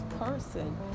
person